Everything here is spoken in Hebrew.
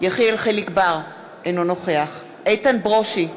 יחיאל חיליק בר, אינו נוכח איתן ברושי,